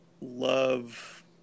love